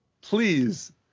please